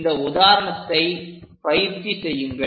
இந்த உதாரணத்தை பயிற்சி செய்யுங்கள்